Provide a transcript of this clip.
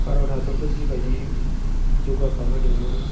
भारत हादोरखौ जिबायदि जौगाखांहोदोंमोन